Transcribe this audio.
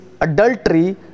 adultery